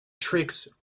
tricks